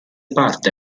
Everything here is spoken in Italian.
parte